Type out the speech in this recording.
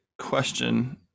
question